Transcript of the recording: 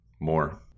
more